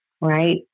right